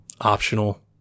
optional